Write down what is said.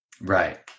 Right